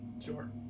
sure